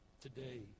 today